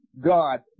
God